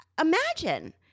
Imagine